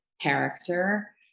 character